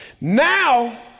Now